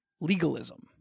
legalism